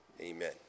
Amen